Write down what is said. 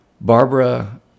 Barbara